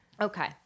okay